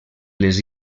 les